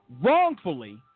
wrongfully